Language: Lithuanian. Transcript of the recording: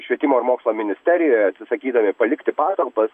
švietimo ir mokslo ministerijoje atsisakydami palikti patalpas